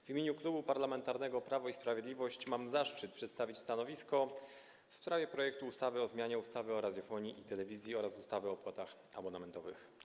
W imieniu Klubu Parlamentarnego Prawo i Sprawiedliwość mam zaszczyt przedstawić stanowisko w sprawie projektu ustawy o zmianie ustawy o radiofonii i telewizji oraz ustawy o opłatach abonamentowych.